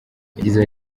yagize